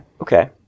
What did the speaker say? Okay